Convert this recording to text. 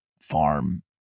farm